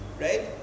right